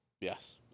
Yes